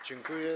Dziękuję.